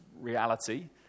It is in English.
reality